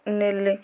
ନେଲେ